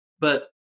But-